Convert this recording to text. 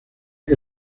que